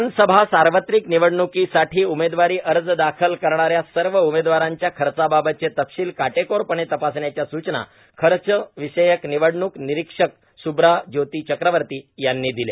विधानसभा सार्वत्रिक निवडण्कीसाठी उमेदवारी अर्ज दाखल करणाऱ्या सर्व उमेदवारांच्या खर्चाबाबतचे तपशील काटेकोरपणे तपासण्याच्या सूचना खर्चविषयक निवडणूक निरीक्षक सुब्रा ज्योती चक्रवर्ती यांनी दिल्या